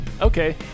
Okay